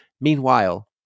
Meanwhile